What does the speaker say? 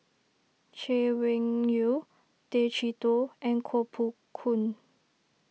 Chay Weng Yew Tay Chee Toh and Koh Poh Koon